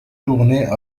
tournait